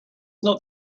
not